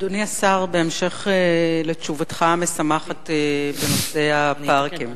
אדוני השר, בהמשך לתשובתך המשמחת בנושא הפארקים,